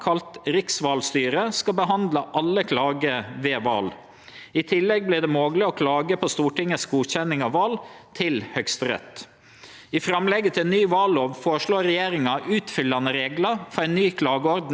I forslaget til ny vallov føreslår regjeringa utfyllande reglar for ei ny klageordning som vil vere i tråd med internasjonale forpliktingar. Dette inneber m.a. at det vert likare reglar ved lokalval og stortingsval.